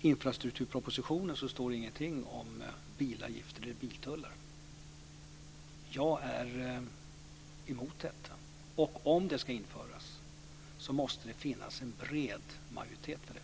inte står någonting om bilavgifter eller biltullar i infrastrukturpropositionen. Jag är emot sådana. Om de ska införas så måste det finnas en bred majoritet för det.